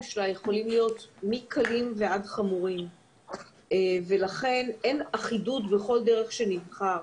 שלה יכולים להיות מקלים ועד חמורים ולכן אין אחידות בכל דרך שנבחר.